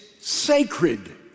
sacred